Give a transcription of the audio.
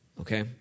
Okay